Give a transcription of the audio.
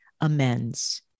amends